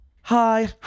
hi